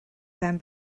ben